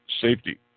safety